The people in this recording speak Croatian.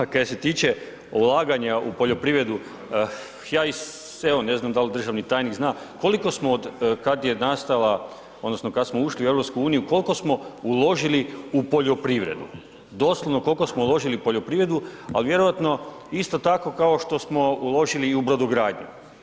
A kaj se tiče ulaganja u poljoprivredu, ja evo, ne znam, da li državni tajnik zna, koliko smo od kada je nastala, odnosno, od kada smo ušli u EU, koliko smo uložili u poljoprivredu, doslovno koliko smo uložili u poljoprivredu, ali vjerojatno isto tako kao što smo uložili u brodogradnju.